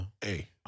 Hey